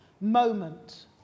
moment